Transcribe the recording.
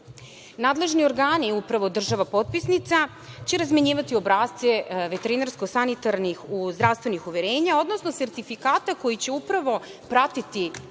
organi upravo država potpisnica će razmenjivati obrasce veterinarsko sanitarnih zdravstvenih uverenja, odnosno sertifikata koji će upravo pratiti pošiljke